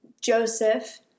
Joseph